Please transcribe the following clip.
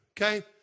okay